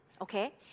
okay